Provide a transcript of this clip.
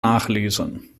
nachlesen